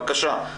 בבקשה,